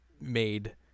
made